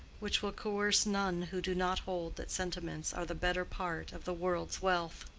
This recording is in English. which will coerce none who do not hold that sentiments are the better part of the world's wealth.